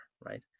right